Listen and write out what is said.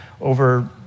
over